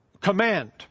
command